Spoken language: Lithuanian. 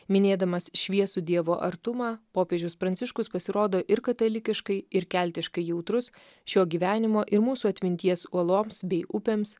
minėdamas šviesų dievo artumą popiežius pranciškus pasirodo ir katalikiškai ir keltiškai jautrus šio gyvenimo ir mūsų atminties uoloms bei upėms